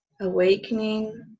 awakening